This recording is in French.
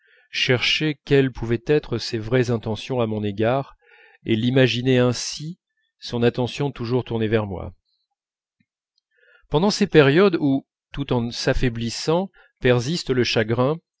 cherchais quelles pouvaient être ses vraies intentions à mon égard et l'imaginais ainsi son attention toujours tournée vers moi pendant ces périodes où tout en s'affaiblissant persiste le chagrin